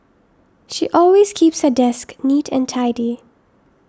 she always keeps her desk neat and tidy